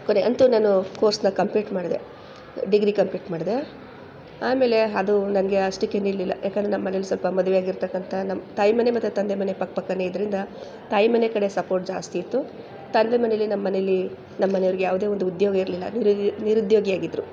ಕೊನೆ ಅಂತೂ ನಾನು ಕೋರ್ಸ್ನ ಕಂಪ್ಲೀಟ್ ಮಾಡಿದೆ ಡಿಗ್ರಿ ಕಂಪ್ಲೀಟ್ ಮಾಡಿದೆ ಆಮೇಲೆ ಅದು ನನಗೆ ಅಷ್ಟಕ್ಕೆ ನಿಲ್ಲಲಿಲ್ಲ ಯಾಕೆಂದ್ರೆ ನಮ್ಮ ಮನೇಲಿ ಸ್ವಲ್ಪ ಮದುವೆ ಆಗಿರ್ತಕ್ಕಂಥ ನಮ್ಮ ತಾಯಿ ಮನೆ ಮತ್ತು ತಂದೆ ಮನೆ ಪಕ್ಕ ಪಕ್ಕವೇ ಇದರಿಂದ ತಾಯಿ ಮನೆ ಕಡೆ ಸಪೋರ್ಟ್ ಜಾಸ್ತಿ ಇತ್ತು ತಂದೆ ಮನೇಲಿ ನಮ್ಮ ಮನೇಲಿ ನಮ್ಮ ಮನೆಯವ್ರ್ಗೆ ಯಾವುದೇ ಒಂದು ಉದ್ಯೋಗ ಇರಲಿಲ್ಲ ನಿರುದ್ಯೋಗಿಯಾಗಿದ್ದರು